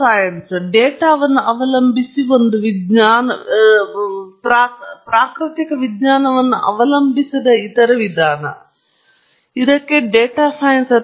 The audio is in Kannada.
ನಾವು ಡೇಟಾವನ್ನು ಅವಲಂಬಿಸಿರುವಂತೆ ನಾವು ವಿಜ್ಞಾನವನ್ನು ಅವಲಂಬಿಸದ ಇತರ ವಿಧಾನವು ತುಂಬಾ ವಿಭಿನ್ನವಾಗಿದೆ